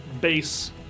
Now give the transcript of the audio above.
base